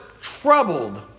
troubled